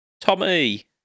Tommy